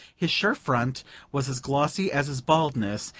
his shirt front was as glossy as his baldness,